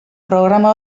programa